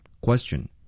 Question